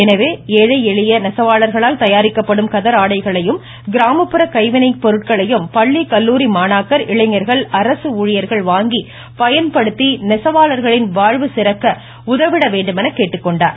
எனவே ஏழை எளிய நெசவாளர்களால் தயாரிக்கப்படும் கதர் ஆடைகளையும் கிராமப்புற கைவினைப் பொருட்களையும் பள்ளி கல்லூரி மாணாக்கர் இளைஞர்கள் அரசு ஊழியர்கள் வாங்கி பயன்படுத்தி நெசவாளர்களின் வாழ்வு சிறக்க உதவிட வேண்டுமென கேட்டுக்கொண்டார்